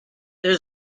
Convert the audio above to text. there